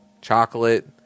chocolate